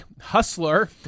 hustler